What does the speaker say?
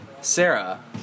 Sarah